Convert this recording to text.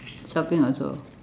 shopping also